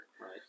Right